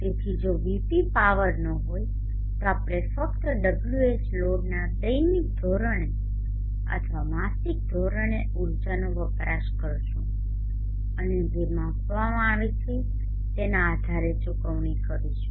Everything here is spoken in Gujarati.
તેથી જો PV પાવર ન હોય તો આપણે ફક્ત Whloadના દૈનિક ધોરણે અથવા માસિક ધોરણે ઊર્જાનો વપરાશ કરીશુંઅને જે માપવામાં આવે છે તેના આધારે ચૂકવણી કરીશું